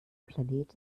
planet